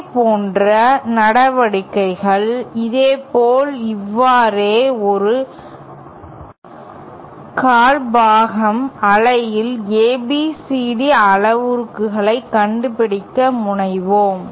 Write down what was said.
இதேபோன்ற நடவடிக்கைகள் இதேபோல் இவ்வாறே ஒரு காலபாகம் அலையில் ABCD அளவுருக்களை கண்டுபிடிக்க முனைவோம்